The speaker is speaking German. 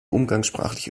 umgangssprachliche